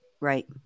Right